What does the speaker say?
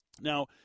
Now